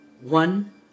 one